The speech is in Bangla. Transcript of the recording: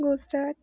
গুজরাট